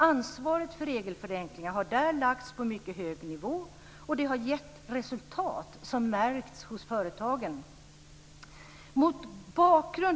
Ansvaret för regelförenklingar har där lagts på mycket hög nivå, och det har gett resultat som märkts hos företagen.